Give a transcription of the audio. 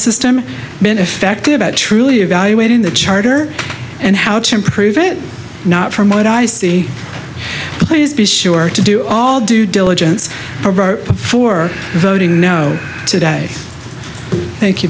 system been affected about truly evaluating the charter and how to improve it not from what i see please be sure to do all due diligence for voting no today thank you